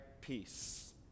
peace